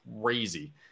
crazy